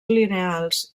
lineals